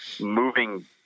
moving